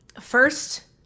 first